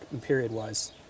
period-wise